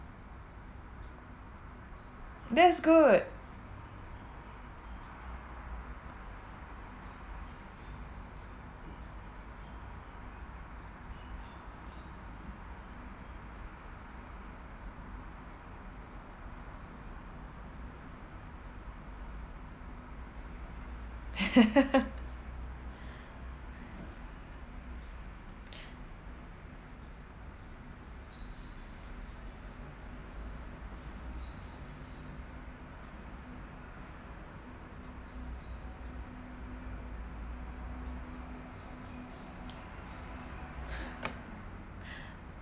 that's good